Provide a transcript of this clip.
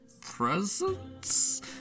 presents